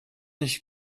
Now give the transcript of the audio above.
nicht